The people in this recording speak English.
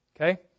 Okay